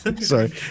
sorry